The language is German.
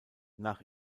nach